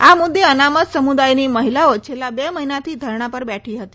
આ મુદ્દે અનામત સમુદાયની મહિલાઓ છેલ્લા બે મહિનાથી ધરણાં પર બેઠી હતી